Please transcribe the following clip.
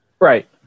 Right